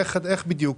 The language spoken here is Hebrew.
איך בדיוק?